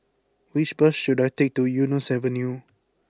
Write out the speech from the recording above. which bus should I take to Eunos Avenue